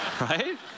right